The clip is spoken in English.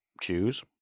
choose